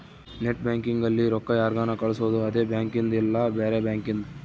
net banking ಅಲ್ಲಿ ರೊಕ್ಕ ಯಾರ್ಗನ ಕಳ್ಸೊದು ಅದೆ ಬ್ಯಾಂಕಿಂದ್ ಇಲ್ಲ ಬ್ಯಾರೆ ಬ್ಯಾಂಕಿಂದ್